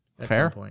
Fair